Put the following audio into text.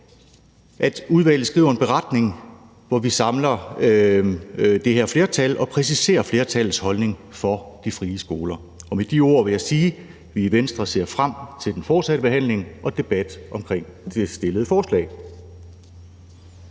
at udvalget skriver en beretning, hvor vi samler det her flertal og præciserer flertallets holdning til de frie skoler. Og med de ord vil jeg sige, at vi i Venstre ser frem til den fortsatte behandling og debat omkring det fremsatte forslag.